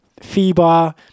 FIBA